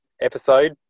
episode